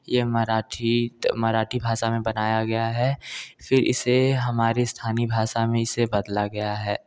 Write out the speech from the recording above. ये मराठी मराठी भाषा में बनाया गया है फिर इसे हमारे स्थानीय भाषा में इसे बदला गया है